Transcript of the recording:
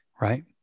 Right